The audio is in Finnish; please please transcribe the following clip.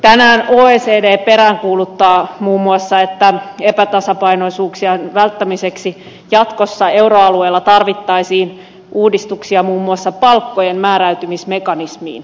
tänään oecd peräänkuuluttaa muun muassa että epätasapainoisuuksien välttämiseksi jatkossa euroalueella tarvittaisiin uudistuksia muun muassa palkkojen määräytymismekanismiin